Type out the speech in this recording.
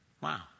wow